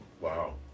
Wow